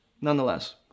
Nonetheless